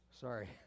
sorry